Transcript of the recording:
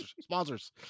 Sponsors